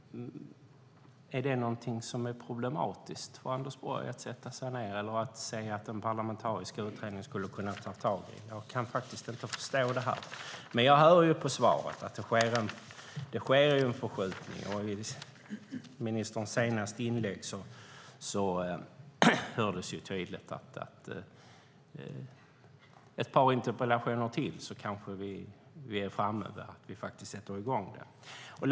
Är detta något som det är problematiskt för Anders Borg att sätta sig ned och diskutera eller att låta en parlamentarisk utredning ta tag i? Jag kan faktiskt inte förstå det. Jag hör på svaret att det sker en förskjutning. I ministerns senaste inlägg hördes tydligt att efter ytterligare ett par interpellationer kanske vi kan vara framme vid att faktiskt sätta i gång detta.